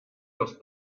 los